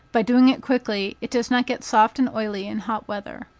by doing it quickly, it does not get soft and oily in hot weather.